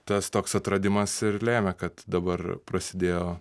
tas toks atradimas ir lėmė kad dabar prasidėjo